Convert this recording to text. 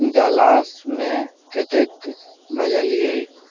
डलासमे कतेक बजलिए